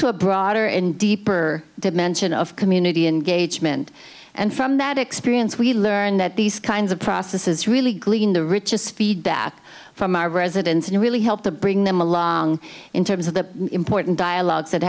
to a broader and deeper dimension of community engagement and from that experience we learned that these kinds of processes really glean the richest feedback from our residents and really help to bring them along in terms of the important dialogues that